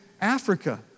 Africa